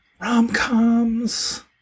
Rom-coms